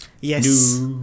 Yes